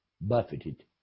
buffeted